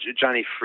johnny